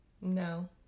No